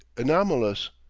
anomalous.